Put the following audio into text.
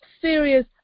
serious